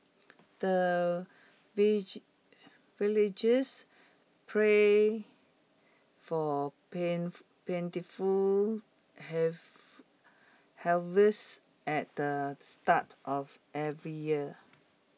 the villagers pray for pen plentiful have harvest at the start of every year